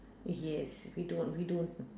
yes we don't we don't